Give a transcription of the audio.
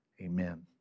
Amen